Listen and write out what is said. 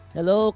Hello